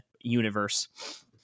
universe